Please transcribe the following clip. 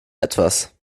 etwas